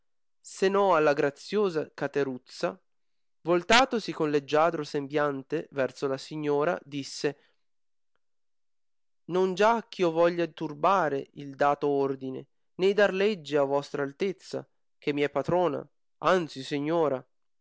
no alla graziosa cateruzza voltatosi con leggiadro sembiante verso la signora disse non già ch'io voglia turbare il dato ordine né dar legge a vostra altezza che mi è patrona anzi signora